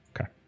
okay